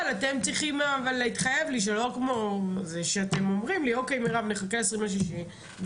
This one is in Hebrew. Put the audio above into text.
אבל אתם צריכים להתחייב לי לחכות עד ה-20.6 שזה